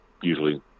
usually